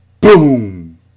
Boom